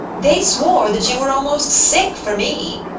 they swore that you were almost sick for me.